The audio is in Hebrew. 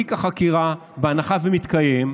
בתיק החקירה, בהנחה שמתקיים,